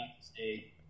stay